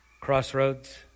crossroads